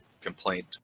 complaint